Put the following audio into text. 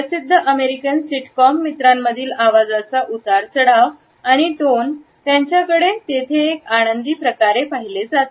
प्रसिद्ध American sitcom मित्रांमधील आवाजाचा उतार चढाव आणि टोन त्यांच्याकडे तेथे एक आनंदी प्रकारे पाहिले जाते